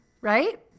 Right